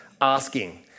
asking